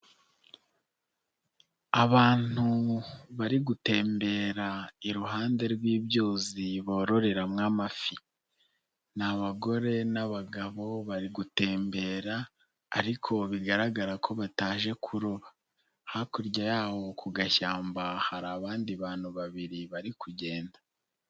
Abantu bari gutembera iruhande rw'ibyuzi bororera mu mafi, n'abagore n'abagabo bari gutembera ariko bigaragara ko bataje kuroba, hakurya yabo ku gashyamba hari abandi bantu babiri bari kugenda.